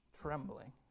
trembling